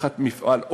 לקחת מפעל,